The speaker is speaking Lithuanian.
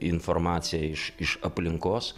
informaciją iš iš aplinkos